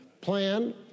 Plan